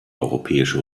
europäische